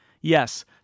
Yes